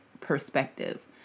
perspective